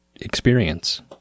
experience